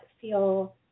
feel